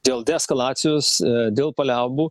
dėl deeskalacijos dėl paliaubų